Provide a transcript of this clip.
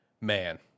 man